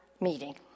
meeting